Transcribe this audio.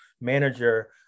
manager